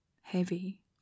heavy